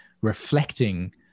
reflecting